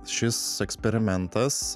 šis eksperimentas